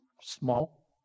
small